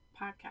podcast